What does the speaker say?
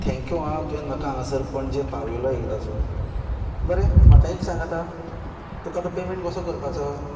thank you आं तुवें म्हाका हांगासर पणजे पावयलो एकदांचो बरें म्हाका एक सांग आतां तुका आतां पेमॅंट कसो करपाचो